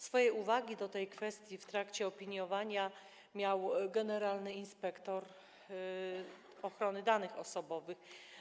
Swoje uwagi do tej kwestii w trakcie opiniowania miał generalny inspektor ochrony danych osobowych.